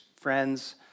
friends